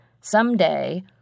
someday